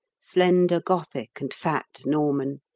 slender gothic and fat norman.